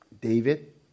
David